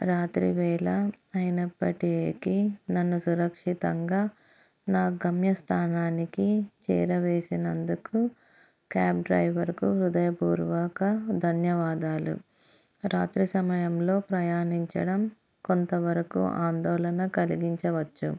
రాత్రి వేళ అయినప్పటికి నన్ను సురక్షితంగా నా గమ్యస్థానానికి చేరవేసినందుకు క్యాబ్ డ్రైవర్కు హృదయపూర్వాక ధన్యవాదాలు రాత్రి సమయంలో ప్రయాణించడం కొంతవరకు ఆందోళన కలిగించవచ్చు